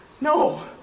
No